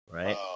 Right